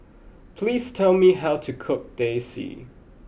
please tell me how to cook Teh C